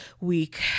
week